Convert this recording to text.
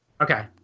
Okay